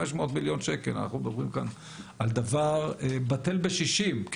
500 מיליון שקל אנחנו מדברים כאן על דבר בטל בשישים.